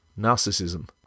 narcissism